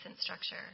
structure